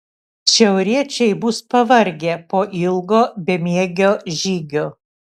šiauriečiai bus pavargę po ilgo bemiegio žygio